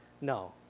no